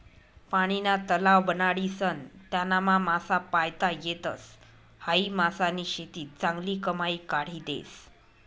पानीना तलाव बनाडीसन त्यानामा मासा पायता येतस, हायी मासानी शेती चांगली कमाई काढी देस